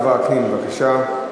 חבר הכנסת יצחק וקנין, בבקשה.